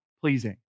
pleasing